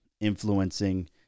influencing